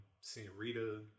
Senorita